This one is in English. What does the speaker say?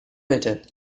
better